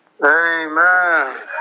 Amen